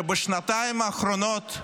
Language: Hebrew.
שבשנתיים האחרונות,